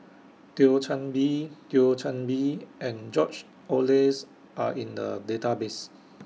Thio Chan Bee Thio Chan Bee and George Oehlers Are in The Database